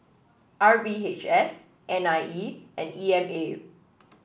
R V H S N I E and E M A